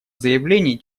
заявлений